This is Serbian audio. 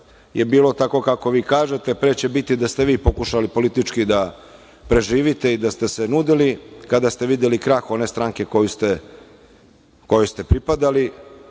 je bilo tako kako vi kažete, pre će biti da ste vi pokušali politički da preživite i da ste se nudili, kada ste videli krah one stranke kojoj ste pripadali,